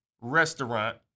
restaurant